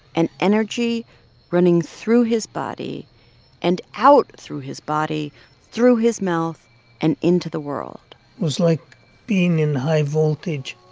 an energy running through his body and out through his body through his mouth and into the world it was like being in high voltage.